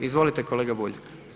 Izvolite kolega Bulj.